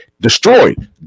destroyed